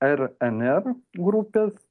rnr grupės